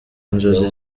inzozi